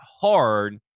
hard –